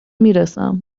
میرسم